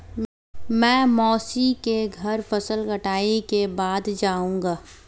मैं मौसी के घर फसल कटाई के बाद जाऊंगा